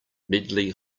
medley